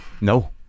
No